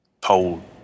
pole